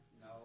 No